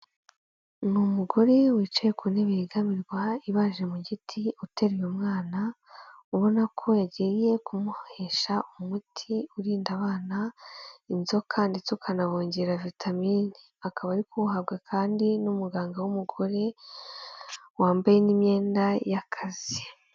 Ni umugore wicaye ku ntebe yegamirwa ibaje mu giti uteruye umwana, ubona ko yagiye kumuhesha umuti urinda abana inzoka ndetse ukanabongerera vitamine, akaba ari kuwuhabwa kandi n'umuganga w'umugore wambaye n'imyenda y'akazi.